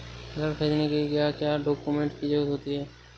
ऋण ख़रीदने के लिए क्या क्या डॉक्यूमेंट की ज़रुरत होती है?